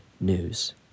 news